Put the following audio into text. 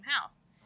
house